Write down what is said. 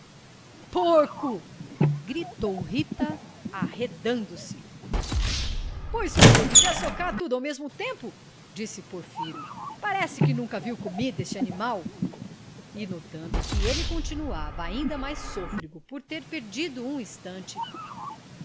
porco gritou rita arredando se pois se o bruto quer socar tudo ao mesmo tempo disse porfiro parece que nunca viu comida este animal e notando que ele continuava ainda mais sôfrego por ter perdido um instante